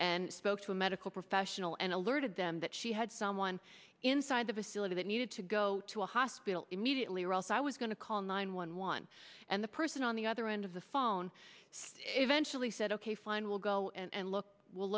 and spoke to a medical professional and alerted them that she had someone inside the facility that needed to go to a hospital immediately or else i was going to call nine one one and the person on the other end of the phone eventually said ok fine we'll go and look we'll